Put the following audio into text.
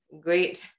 Great